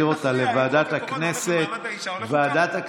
הצעת החוק תעבור לוועדת הכנסת.